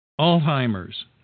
Alzheimer's